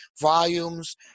volumes